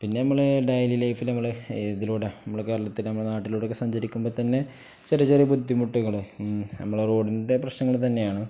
പിന്നെ നമ്മള് ഡെയിലി ലൈഫില് നമ്മള് ഏതിലൂടെ നമ്മടെ കേരളത്തില് നമ്മള നാട്ടിലൂടൊക്കെ സഞ്ചാരിക്കുമ്പോ തന്നെ ചെറിയ ചെറിയ ബുദ്ധിമുട്ടുകള് നമ്മളെ റോഡിൻ്റെ പ്രശ്നങ്ങള് തന്നെയാണ്